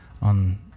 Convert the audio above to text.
on